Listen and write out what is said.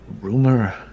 Rumor